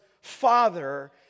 father